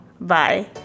bye